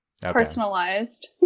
personalized